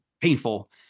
painful